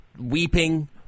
weeping